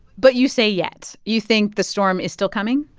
but you say yet you think the storm is still coming?